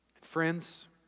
Friends